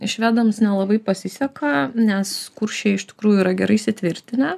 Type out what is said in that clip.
švedams nelabai pasiseka nes kuršiai iš tikrųjų yra gerai įsitvirtinę